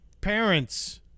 parents